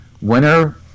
Winner